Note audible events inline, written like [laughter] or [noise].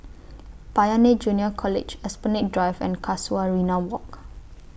[noise] Pioneer Junior College Esplanade Drive and Casuarina Walk